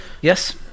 Yes